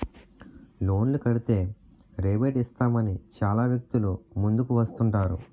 లోన్లు కడితే రేబేట్ ఇస్తామని చాలా వ్యక్తులు ముందుకు వస్తుంటారు